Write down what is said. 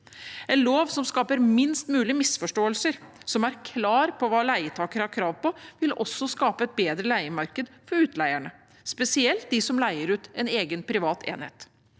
En lov som skaper minst mulig misforståelser, som er klar på hva leietakere har krav på, vil også skape et bedre leiemarked for utleierne, spesielt for dem som leier ut en egen, privat enhet.